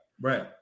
Right